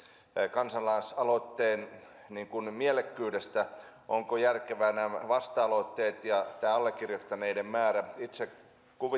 kansalaisaloitteen mielekkyydestä ovatko nämä vasta aloitteet ja tämä allekirjoittaneiden määrä järkeviä itse